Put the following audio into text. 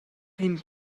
ydych